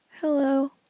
Hello